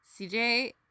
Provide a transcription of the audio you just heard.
CJ